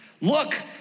Look